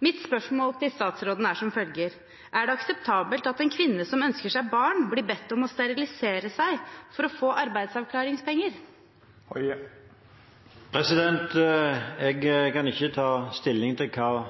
Mitt spørsmål til statsråden er som følger: Er det akseptabelt at en kvinne som ønsker seg barn, blir bedt om å sterilisere seg for å få arbeidsavklaringspenger? Jeg kan ikke ta stilling til hva